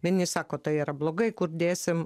vieni sako tai yra blogai kur dėsim